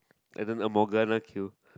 and then a Morgana Q